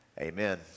Amen